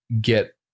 get